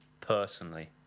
personally